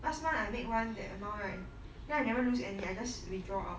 last month I make one that amount right then I never lose any I just withdraw out